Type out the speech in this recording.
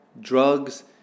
drugs